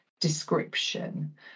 description